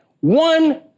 one